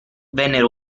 vennero